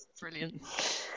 Brilliant